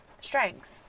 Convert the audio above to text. strengths